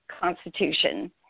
Constitution